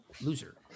Loser